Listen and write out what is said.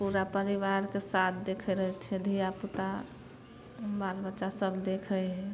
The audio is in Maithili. पूरा परिवारके साथ देखै रहै छियै धिआपुता बाल बच्चा सब देखै हइ